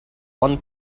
one